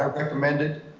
um recommended.